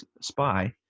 spy